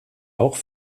auch